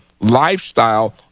lifestyle